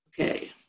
Okay